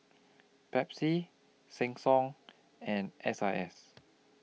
Pepsi Sheng Siong and S I S